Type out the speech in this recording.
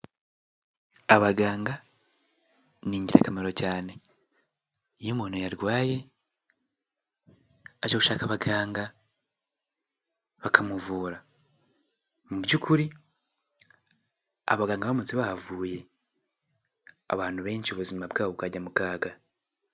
Abaganga ni ingirakamaro cyane iyo umuntu yarwaye ajya gushaka abaganga bakamuvura mu by'ukuri abaganga baramutse bahavuye abantu benshi ubuzima bwabo bwajya mu kaga.